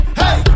hey